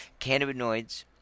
Cannabinoids